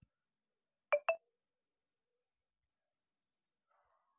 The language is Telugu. ట్యాక్స్ సేవింగ్ ఇన్వెస్ట్మెంట్ సాధనాల్లో డబ్బులు పెట్టి ట్యాక్స్ ఆదా చేసుకోవచ్చు